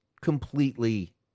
completely